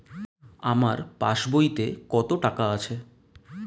আমার পাস বইতে কত টাকা আছে?